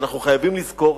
ואנחנו חייבים לזכור,